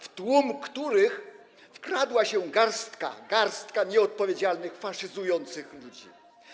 w tłum których wkradła się garstka nieodpowiedzialnych faszyzujących ludzi.